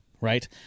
right